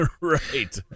Right